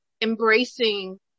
embracing